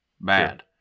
Bad